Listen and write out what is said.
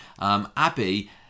Abby